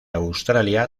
australia